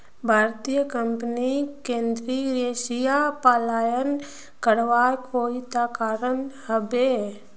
भारतीय कंपनीक केंद्रीय एशिया पलायन करवार कोई त कारण ह बे